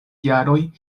jaroj